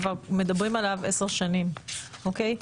כבר מדברים עליו עשר שנים אוקיי?